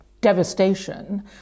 devastation